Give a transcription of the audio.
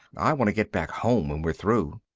i want to get back home when we're through.